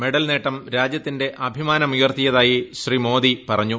medal നേട്ടം രാജ്യത്തിന്റെ അഭിമാനമുയർത്തിയതായി ശ്രീ മോദി പറഞ്ഞു